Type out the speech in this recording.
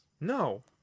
No